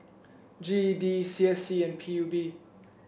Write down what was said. G E D C S C and P U B